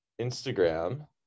Instagram